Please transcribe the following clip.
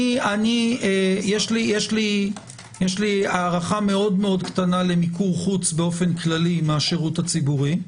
יש לי הערכה מאוד קטנה למיקור חוץ באופן כללי מהשירות הציבורי.